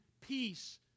peace